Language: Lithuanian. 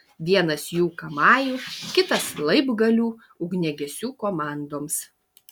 vienas jų kamajų kitas laibgalių ugniagesių komandoms